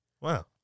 Wow